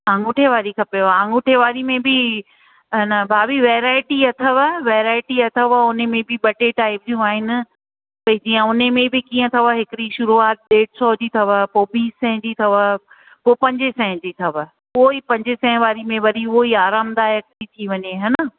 आंगूठे वारी खपेव आंगूठे वारी में बि अन भाभी वैरायटी अथव वैरायटी अथव हुन में बि ॿ टे टाइप जूं आहिनि भई जीअं हुन में बि कीअं अथव हिकिड़ी शुरूआत ॾेढ सौ जी अथव पोइ ॿीं सै जी अथव पोइ पंजे सै जी अथव पोइ ई पंजे सै वारी में वरी उहो ई आरामु दायक थी थी वञे हा न